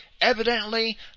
evidently